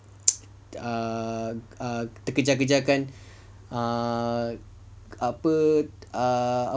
err err terkejar-kejarkan err apa err